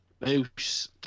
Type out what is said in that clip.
Moose